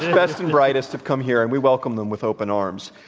best and brightest have come here, and we welcome them with open arms.